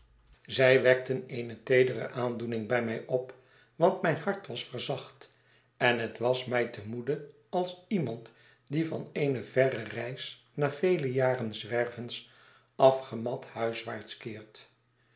zij wekten eene teedere aandoening bij mij op want mijn hart was verzacht en het was mij te moede als iemand die van eene verre reis na vele jaren zwervens afgemat huiswaarts keert